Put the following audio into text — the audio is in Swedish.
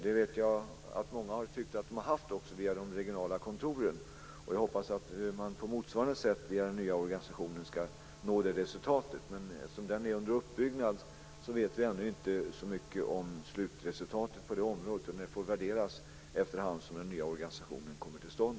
Jag vet att många också tycker att de har haft det genom de regionala kontoren, och jag hoppas att man på motsvarande sätt via den nya organisationen ska nå det resultatet. Men eftersom organisationen är under uppbyggnad så vet vi ännu inte så mycket om slutresultatet på detta område. Det får helt enkelt värderas efter hand som den nya organisationen kommer till stånd.